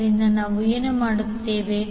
ಆದ್ದರಿಂದ ನಾವು ಏನು ಮಾಡುತ್ತೇವೆ